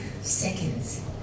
seconds